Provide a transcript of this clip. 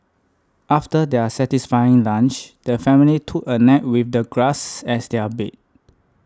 after their satisfying lunch the family took a nap with the grass as their bed